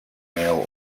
mail